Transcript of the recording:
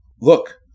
Look